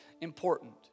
important